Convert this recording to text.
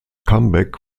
comeback